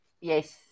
Yes